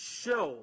show